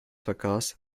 vergaß